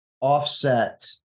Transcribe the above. offset